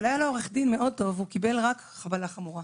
אבל היה לו עו"ד מאוד טוב והוא קיבל אישום רק בגין "חבלה חמורה"